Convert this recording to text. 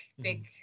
big